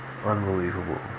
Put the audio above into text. Unbelievable